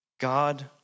God